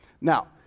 Now